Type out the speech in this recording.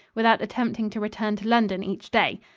without attempting to return to london each day.